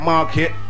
Market